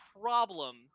problem